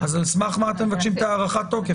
אז על סמך מה אתם מבקשים את הארכת התוקף,